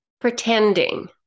Pretending